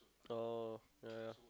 oh yeah yeah yeah